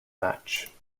match